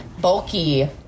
bulky